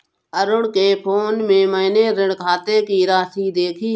अरुण के फोन में मैने ऋण खाते की राशि देखी